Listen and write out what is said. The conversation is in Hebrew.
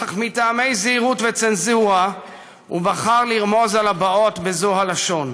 אך מטעמי זהירות וצנזורה הוא בחר לרמוז על הבאות בזו הלשון,